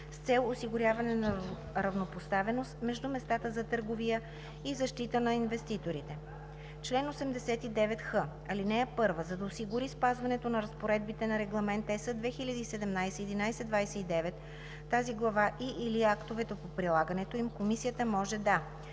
с цел осигуряване на равнопоставеност между местата за търговия и защита на инвеститорите. Чл. 89х. (1) За да осигури спазването на разпоредбите на Регламент (EС) 2017/1129, тази глава и/или актовете по прилагането им, комисията може да: